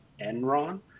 Enron